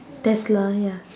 tesla ya